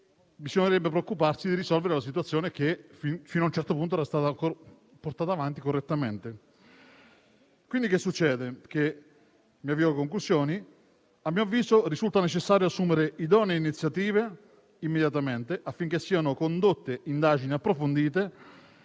bisognerebbe preoccuparsi di risolvere la situazione che fino a un certo punto era stata portata avanti correttamente. Avviandomi alle conclusioni, a mio avviso risulta necessario assumere immediatamente idonee iniziative affinché siano condotte indagini approfondite